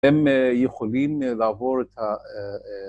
הם יכולים לעבור את ה...